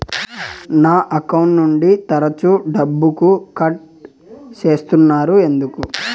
నా అకౌంట్ నుండి తరచు డబ్బుకు కట్ సేస్తున్నారు ఎందుకు